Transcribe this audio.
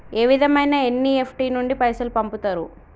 ఏ విధంగా ఎన్.ఇ.ఎఫ్.టి నుండి పైసలు పంపుతరు?